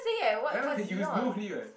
ya lah you know already [what]